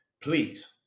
please